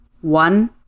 One